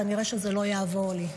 כנראה זה לא יעבור לי.